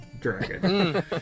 dragon